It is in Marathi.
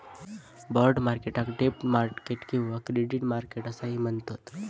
बाँड मार्केटाक डेब्ट मार्केट किंवा क्रेडिट मार्केट असाही म्हणतत